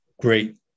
great